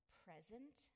present